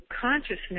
consciousness